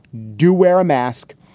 do wear a mask.